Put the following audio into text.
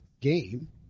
game